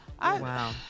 Wow